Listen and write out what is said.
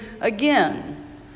again